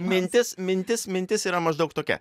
mintis mintis mintis yra maždaug tokia